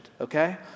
okay